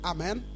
Amen